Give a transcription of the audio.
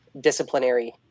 disciplinary